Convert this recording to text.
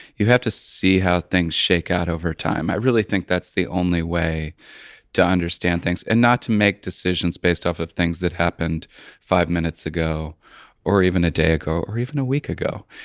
you have to see how things shake out over time. i really think that's the only way to understand things and not to make decisions based off of things that happened five minutes ago or even a day ago or even a week ago,